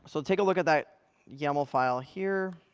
so i'll take a look at that yaml file here.